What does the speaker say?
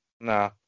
Nah